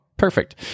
Perfect